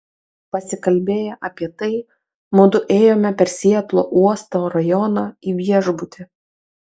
pasikalbėję apie tai mudu ėjome per sietlo uosto rajoną į viešbutį